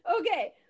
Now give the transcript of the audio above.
Okay